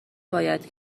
باید